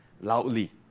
loudly